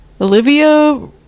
Olivia